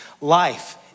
life